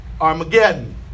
Armageddon